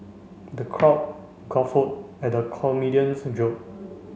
the crowd at the comedian's joke